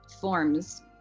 forms